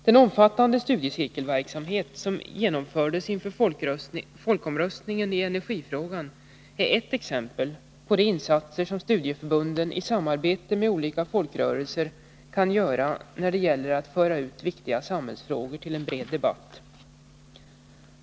Den omfattande studiecirkelverksamhet som genomfördes inför folkomröstningen i energifrågan är eft exempel på de insatser som studieförbunden i samarbete med olika folkrörelser kan göra när det gäller att föra ut viktiga samhällsfrågor till en bred debatt.